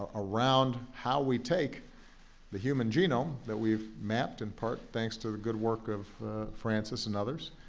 ah around how we take the human genome that we've mapped, in part thanks to the good work of francis and others,